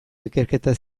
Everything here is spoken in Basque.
ikerketa